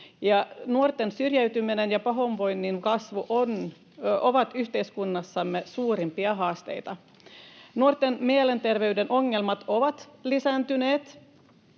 Nuorten syrjäytymisen ja pahoinvoinnin kasvu ovat yhteiskunnassamme suurimpia haasteita. Nuorten mielenterveyden ongelmat ovat lisääntyneet,